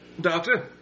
Doctor